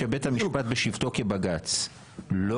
המשפט בשבתו כבג"צ,